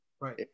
right